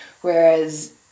whereas